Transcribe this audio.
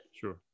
Sure